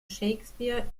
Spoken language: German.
shakespeare